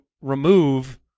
remove